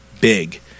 Big